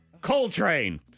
Coltrane